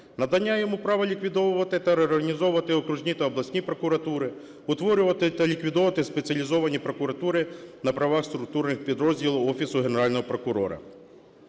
Надання йому права ліквідовувати та реорганізовувати окружні та обласні прокуратури, утворювати та ліквідовувати спеціалізовані прокуратури на правах структурних підрозділів Офісу Генерального прокурора.